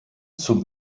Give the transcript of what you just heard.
zum